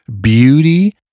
beauty